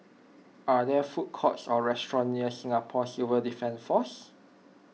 are there food courts or restaurants near Singapore Civil Defence force